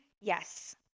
Yes